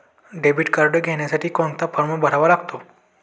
Debit card घेण्यासाठी कोणता form भरावा लागतो?